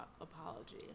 apology